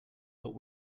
but